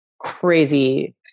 crazy